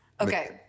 Okay